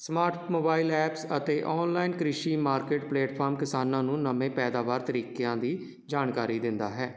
smart mobile apps ਅਤੇ online ਕ੍ਰਿਸ਼ੀ market platform ਕਿਸਾਨਾਂ ਨੂੰ ਨਵੇਂ ਪੈਦਾਵਾਰ ਤਰੀਕਿਆਂ ਦੀ ਜਾਣਕਾਰੀ ਦਿੰਦਾ ਹੈ